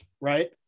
right